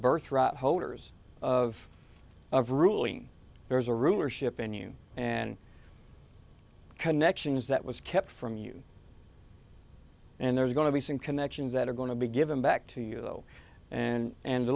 birthright holders of of ruling there's a rumor ship in you and connections that was kept from you and there's going to be some connections that are going to be given back to you though and and the